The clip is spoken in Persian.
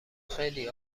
خیلی